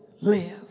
live